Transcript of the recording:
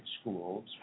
schools